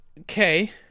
Okay